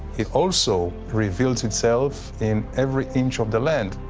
it also reveals itself in every inch of the land.